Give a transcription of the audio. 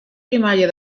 primària